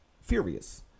furious